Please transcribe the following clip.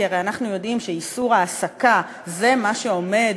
כי הרי אנחנו יודעים שאיסור העסקה זה מה שעומד